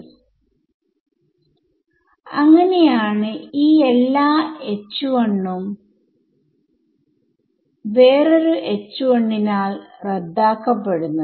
ഒരു കാര്യം ശ്രദ്ധിക്കേണ്ടത് LHS ലെയും RHS ലെയും എല്ലാ ടെർമുകളിലും ഒരു ഫാക്ടർ പൊതുവായുണ്ട് എന്നതാണ് അതാണ് അവ എക്സ്പൊണെൻഷിയൽ ആണ് അതിനാൽ അവ പരസ്പരം ഗുണിക്കപ്പെടും